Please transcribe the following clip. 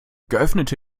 geöffnete